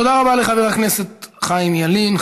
תודה רבה לחבר הכנסת חיים ילין.